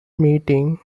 meeting